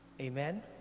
amen